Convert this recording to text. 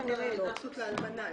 יש התייחסות לאלמנה.